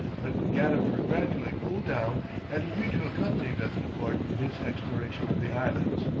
but gadifer gradually cooled down and agreed to accompany bethencourt in his exploration of the islands.